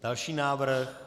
Další návrh?